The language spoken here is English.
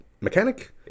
mechanic